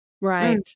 Right